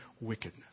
wickedness